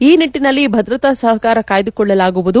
ಈ ನಿಟ್ಟಿನಲ್ಲಿ ಭದ್ರತಾ ಸಹಕಾರ ಕಾಯ್ದುಕೊಳ್ಳಲಾಗುವುದು